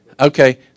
Okay